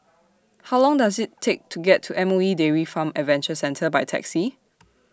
How Long Does IT Take to get to M O E Dairy Farm Adventure Centre By Taxi